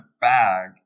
bag